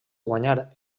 guanyar